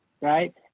right